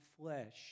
flesh